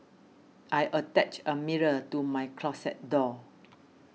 I attached a mirror to my closet door